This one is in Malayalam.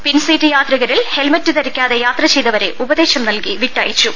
പിൻസീറ്റ് യാത്രികരിൽ ഹെൽമെറ്റ് ധരിക്കാതെ യാത്ര ചെയ്ത വരെ ഉപദേശം നൽകി വിട്ടയച്ചു